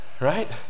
right